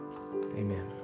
amen